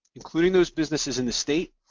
including those businesses in the state,